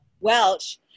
Welch